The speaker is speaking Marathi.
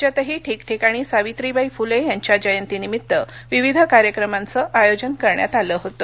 राज्यातही ठिकठिकाणी सावित्रीबाई फुले यांच्या जयंती निमित्त विविध कार्यक्रमांचं आयोजन करण्यात आलं होतं